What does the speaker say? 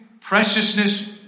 preciousness